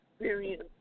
experience